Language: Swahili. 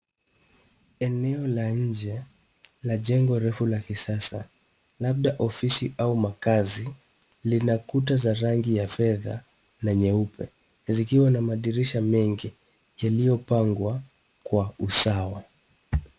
Eneo la nje la jengo refu la kisasa. Labda ofisi au maakazi, lina kuta za rangi ya fedha na nyeupe , zikiwa na madirisha mengi yaliyopangwa kwa usawa.